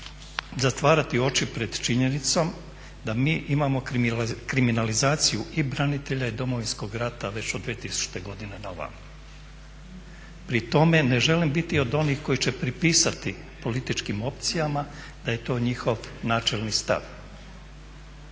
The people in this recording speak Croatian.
zatvarati oči pred činjenicom da mi imamo kriminalizaciju i branitelja i Domovinskog rata već od 2000. godine na ovamo. Pri tome ne želim biti od onih koji će pripisati političkim opcijama da je to njihov načelni stav.